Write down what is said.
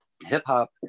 hip-hop